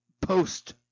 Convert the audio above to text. post